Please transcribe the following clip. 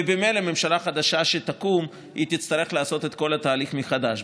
וממילא ממשלה חדשה שתקום תצטרך לעשות את כל התהליך מחדש.